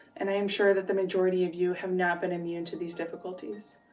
and i am sure that the majority of you have not been immune to these difficulties.